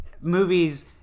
movies